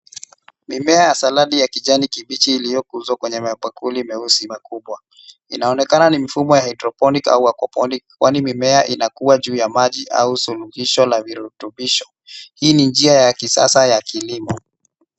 Mimea ya saladi ya kijani kibichi iliyokuzwa kwenye mabakuli meusi makubwa. Inaonekana ni mfumo wa hydroponic au aquaponic kwani mimea inakuwa juu ya maji au suluhisho la virutubisho. Hii ni njia ya kisasa ya kilimo.